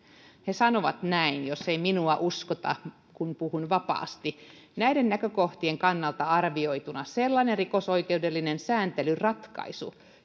he sanovat näin jos ei minua uskota kun puhun vapaasti näiden näkökohtien kannalta arvioituna sellainen rikosoikeudellinen sääntelyratkaisu